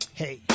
hey